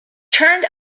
turned